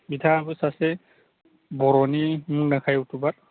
बिथाङाबो सासे बर'नि मुंदांखा इउटुबार